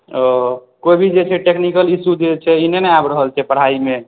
ओ कोइ भी छै जे टेक्नीकल इशू जे छै से ई नहि ने आबि रहल छै पढ़ाइमे